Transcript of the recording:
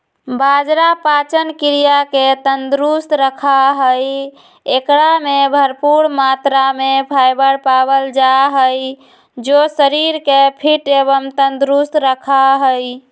बाजरा पाचन क्रिया के तंदुरुस्त रखा हई, एकरा में भरपूर मात्रा में फाइबर पावल जा हई जो शरीर के फिट एवं तंदुरुस्त रखा हई